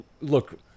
look